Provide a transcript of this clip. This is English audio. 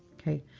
ok.